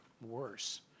worse